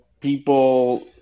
people